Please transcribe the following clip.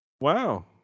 Wow